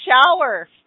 shower